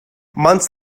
months